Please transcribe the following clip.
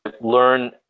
Learn